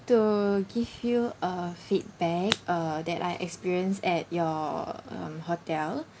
to give you a feedback uh that I experienced at your um hotel